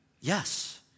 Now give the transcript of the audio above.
Yes